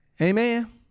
Amen